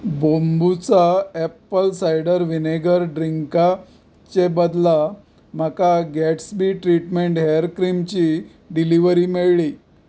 बोंबुचा apple cider vinegar ड्रिंकाचे बदला म्हाका गॅट्सबी ट्रीटमेंट हेअर क्रिमची डिलिव्हरी मेळ्ळी